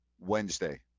Wednesday